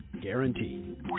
guaranteed